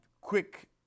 quick